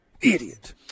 idiot